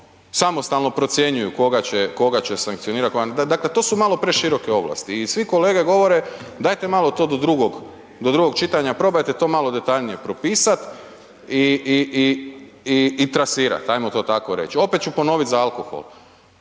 samostalno procjenjuju koga će sankcionirat, koga ne. Dakle, to su malo preširoke ovlasti i svi kolege govore, dajte malo to do drugog čitanja, probajte to malo detaljnije propisat i trasirat, ajmo to tako reći. Opet ću ponovit za alkohol,